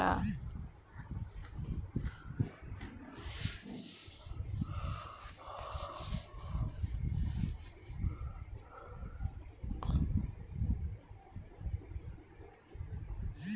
गत्ता कागज़ भी बहुत जगह इस्तेमाल में आवेला